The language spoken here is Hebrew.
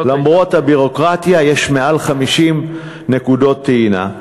למרות הביורוקרטיה יש יותר מ-50 נקודות טעינה.